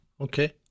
Okay